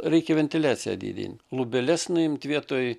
reikia ventiliaciją didint lubeles nuimti vietoj